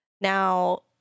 Now